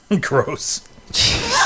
Gross